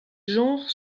genres